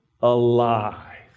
alive